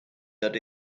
that